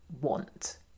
want